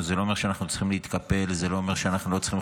זה לא אומר שאנחנו צריכים להתקפל,